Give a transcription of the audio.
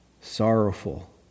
sorrowful